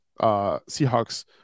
Seahawks